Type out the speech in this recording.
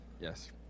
Yes